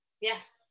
Yes